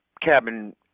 cabin